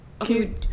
Okay